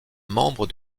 membre